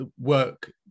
work